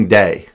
day